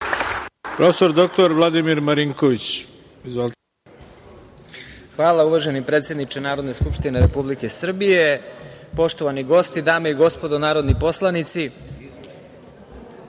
Izvolite. **Vladimir Marinković** Hvala uvaženi predsedniče Narodne skupštine Republike Srbije. Poštovani gosti, dame i gospodo narodni poslanici,